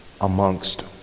amongst